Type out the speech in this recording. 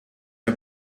are